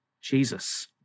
Jesus